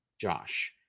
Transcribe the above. josh